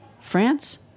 France